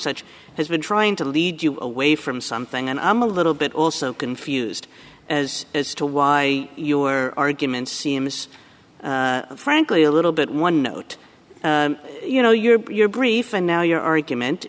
such has been trying to lead you away from something and i'm a little bit also confused as to why you are arguments seems frankly a little bit one note you know your brief and now your argument